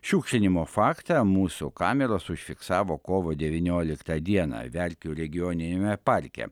šiukšlinimo faktą mūsų kameros užfiksavo kovo devynioliktą dieną verkių regioniniame parke